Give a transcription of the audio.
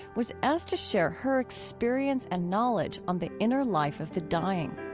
was asked to share her experience and knowledge on the inner life of the dying.